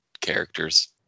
characters